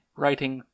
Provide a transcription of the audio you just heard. writing